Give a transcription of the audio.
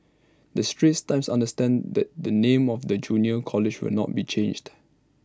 the straits times understands that the name of the junior college will not be changed